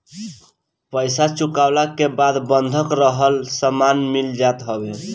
पईसा चुकवला के बाद बंधक रखल सामान मिल जात हवे